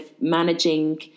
managing